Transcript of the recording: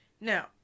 Now